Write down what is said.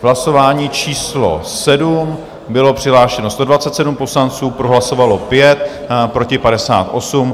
Hlasování číslo 7, bylo přihlášeno 127 poslanců, pro hlasovalo 5, proti 58.